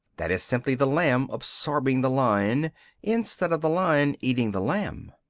that is simply the lamb absorbing the lion instead of the lion eating the lamb.